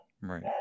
Right